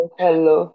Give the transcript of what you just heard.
hello